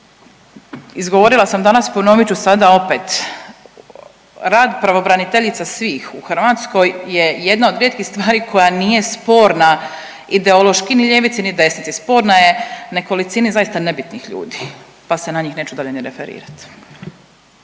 Izgovorila sam danas i ponovit ću sada opet, rad pravobraniteljica svih u Hrvatskoj je jedna od rijetkih stvari koja nije sporna ideološki ni ljevici, ni desnici, sporna je nekolicini zaista nebitnih ljudi, pa se na njih neću dalje ni referirat.